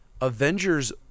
Avengers